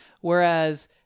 whereas